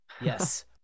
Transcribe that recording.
Yes